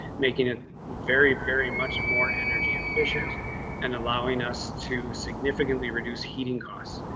making it very, very much more energy efficient and allowing us to significantly reduce heating costs.